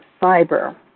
fiber